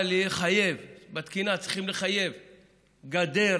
קודם כול בתקינה צריכים לחייב גדר,